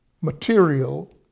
material